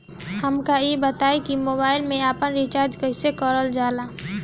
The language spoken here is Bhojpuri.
हमका ई बताई कि मोबाईल में आपन रिचार्ज कईसे करल जाला?